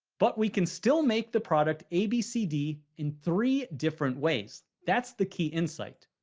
but we can still make the product a, b, c, d in three different ways. that's the key insight.